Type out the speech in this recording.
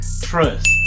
trust